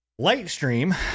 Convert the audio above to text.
Lightstream